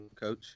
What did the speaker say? coach